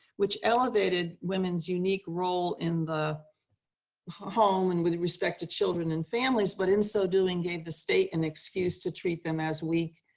which elevated women's unique role in the home and with respect to children and families. but in so doing, gave the state an excuse to treat them as weak,